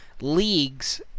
leagues